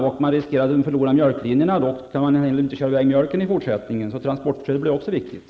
Om man riskerar att förlora mjölklinjerna kan man inte heller få mjölken ivägkörd i fortsättningen. Också transportstödet blir därför viktigt.